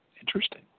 Interesting